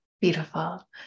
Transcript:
Beautiful